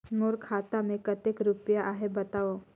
मोर खाता मे कतेक रुपिया आहे बताव?